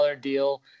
deal